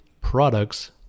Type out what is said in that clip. products